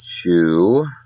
two